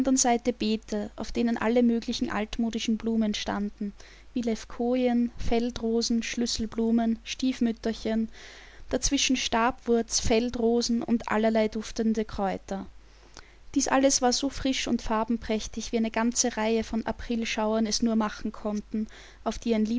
seite beete auf denen alle möglichen altmodischen blumen standen wie levkojen feldrosen schlüsselblumen stiefmütterchen dazwischen stabwurz feldrosen und allerlei duftende kräuter dies alles war so frisch und farbenprächtig wie eine ganze reihe von aprilschauern es nur machen konnten auf die